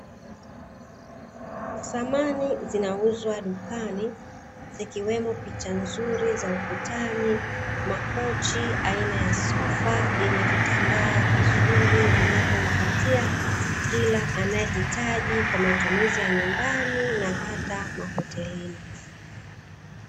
Thamani zinauzwa dukani zikiwepo picha nzuri za ukutani, makochi aina ya sofa yenye vitambaa vizuri vinavyomvutia kila anayehitaji kwa matumizi ya nyumbani na hata mahotelini.